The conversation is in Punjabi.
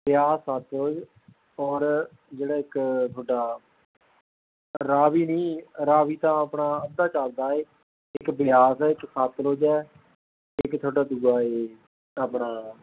ਬਿਆਸ ਸਤਲੁਜ ਔਰ ਜਿਹੜਾ ਇੱਕ ਤੁਹਾਡਾ ਰਾਵੀ ਨਹੀਂ ਰਾਵੀ ਤਾਂ ਆਪਣਾ ਅੱਧਾ ਚੱਲਦਾ ਹੈ ਇੱਕ ਬਿਆਸ ਹੈ ਇੱਕ ਸਤਲੁਜ ਹੈ ਇੱਕ ਤੁਹਾਡਾ ਦੂਜਾ ਹੈ ਆਪਣਾ